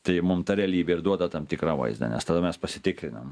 tai mum ta realybė ir duoda tam tikrą vaizdą nes tada mes pasitikrinam